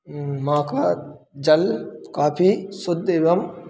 माँ का जल काफी शुद्ध एवं